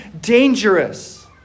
dangerous